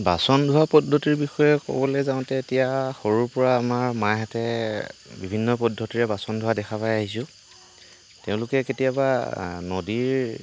বাচন ধোৱা পদ্ধতিৰ বিষয়ে ক'বলৈ যাওঁতে এতিয়া সৰুৰপৰা আমাৰ মাহঁতে বিভিন্ন পদ্ধতিৰে বাচন ধোৱা দেখা পাই আহিছোঁ তেওঁলোকে কেতিয়াবা নদীৰ